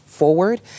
forward